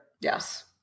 yes